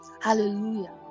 hallelujah